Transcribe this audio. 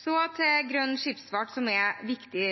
Så til grønn skipsfart, som det er viktig